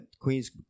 Queens